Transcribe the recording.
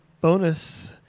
bonus